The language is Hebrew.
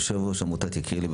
יושב-ראש עמותת יקיר לי,